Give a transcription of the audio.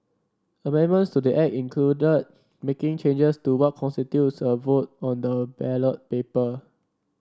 Amendments to the Act included making changes to what constitutes a vote on the ballot paper